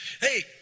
Hey